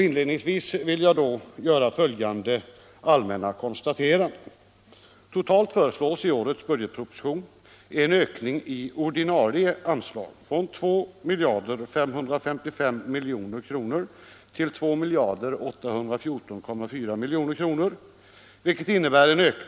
Inledningsvis vill jag göra följande allmänna konstaterande.